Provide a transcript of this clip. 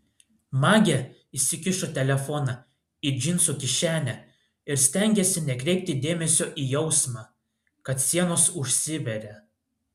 magė įsikišo telefoną į džinsų kišenę ir stengėsi nekreipti dėmesio į jausmą kad sienos užsiveria